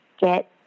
get